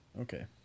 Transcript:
Okay